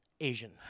Asian